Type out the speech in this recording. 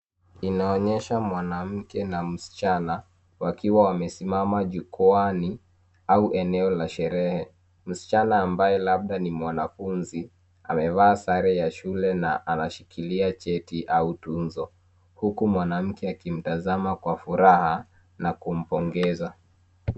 Inaonyesha mwanamke na msichana, wakiwa wamesimama jukwaani au eneo la sherehe. Msichana ambaye labda ni mwanafunzi, amevaa sare ya shule na anashikilia cheti au tuzo, huku mwanamke akimtazama kwa furaha na kumpongeza.